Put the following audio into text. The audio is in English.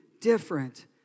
different